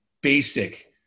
basic